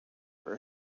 for